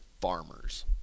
farmers